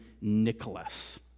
Nicholas